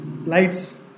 lights